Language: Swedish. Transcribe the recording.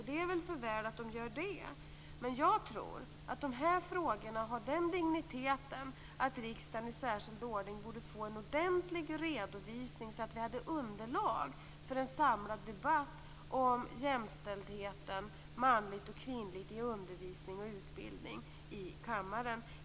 De är väl bra att verket gör det, men jag tycker att de här frågorna har den digniteten att riksdagen i särskild ordning borde få en ordentlig redovisning, så att vi får underlag för en samlad debatt i kammaren om jämställdheten och om manligt och kvinnligt i undervisning och utbildning.